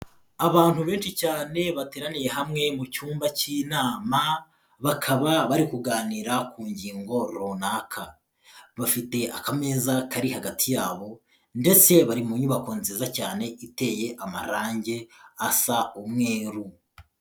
Abantu benshi cyane bateraniye hamwe mu cyumba cy'inama bakaba bari kuganira ku ngingo runaka, bafite akameza kari hagati yabo ndetse bari mu nyubako nziza cyane iteye amarangi asa umweru.